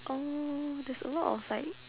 oh there's a lot of like